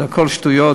זה הכול שטויות,